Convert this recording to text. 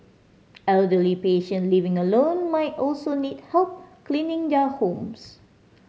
elderly patient living alone might also need help cleaning their homes